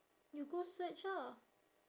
you go search ah